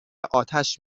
اتش